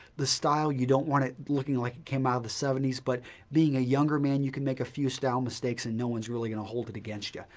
the style, you don't want it looking like it came out of the seventy s, but being a younger man, you can make a few style mistakes and no one's really going to hold it against you.